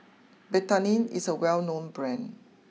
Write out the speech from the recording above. Betadine is a well known Brand